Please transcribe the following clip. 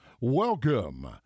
Welcome